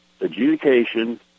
adjudication